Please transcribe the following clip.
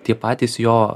tie patys jo